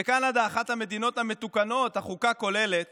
בקנדה, אחת המדינות המתוקנות, החוקה כוללת